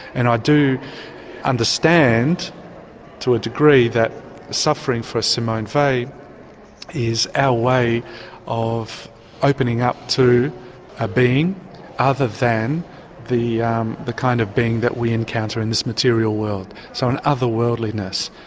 and i do understand to a degree that suffering for simone weil is our way of opening up to a being other than the um the kind of being that we encounter in this material world. so an other-worldliness.